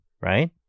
right